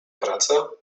praca